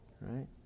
right